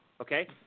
Okay